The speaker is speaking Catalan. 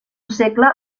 segle